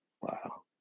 Wow